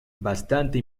bastante